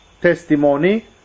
testimony